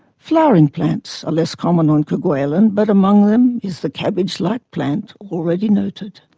flowering plants are less common on kerguelen but among them is the cabbage-like plant already noted.